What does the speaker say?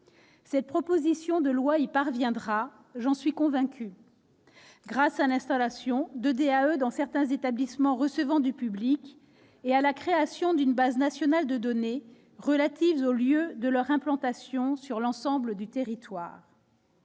Cette proposition de loi y parviendra, j'en suis convaincue, grâce à l'installation de DAE dans certains établissements recevant du public et à la création d'une base nationale de données relatives aux lieux de leur implantation sur l'ensemble du territoire.